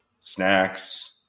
snacks